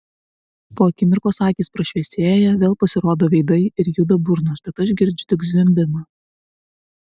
po akimirkos akys prašviesėja vėl pasirodo veidai ir juda burnos bet aš girdžiu tik zvimbimą